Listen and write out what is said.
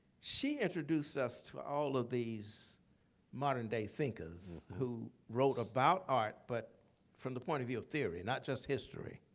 she introduced us to all of these modern day thinkers who wrote about art but from the point of view of theory, not just history.